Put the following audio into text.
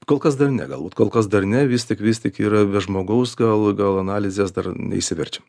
kol kas dar ne galbūt kol kas dar ne vis tik vis tik yra be žmogaus gal gal analizės dar neišsiverčiam